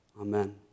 Amen